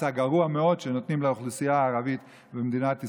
הגרוע מאוד שנותנים לאוכלוסייה הערבית במדינת ישראל.